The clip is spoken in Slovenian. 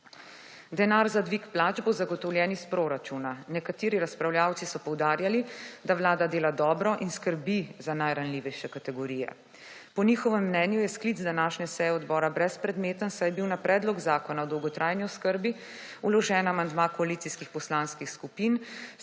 Denar za dvig plač bo zagotovljen iz proračuna. Nekateri razpravljavci so poudarjali, da Vlada dela dobro in skrbi za najranljivejše kategorije. Po njihovem mnenju je sklic današnje seje odbora brezpredmeten, saj je bil na predlog zakona o dolgotrajni oskrbi vložen amandma koalicijskih poslanskih skupin